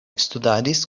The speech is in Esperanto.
studadis